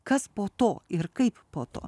kas po to ir kaip po to